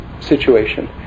situation